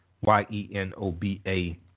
Y-E-N-O-B-A